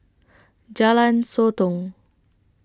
Jalan Sotong